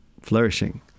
flourishing